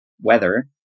weather